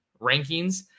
rankings